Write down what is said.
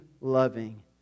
loving